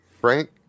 Frank